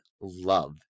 love